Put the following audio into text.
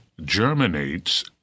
germinates